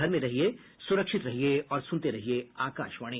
घर में रहिये सुरक्षित रहिये और सुनते रहिये आकाशवाणी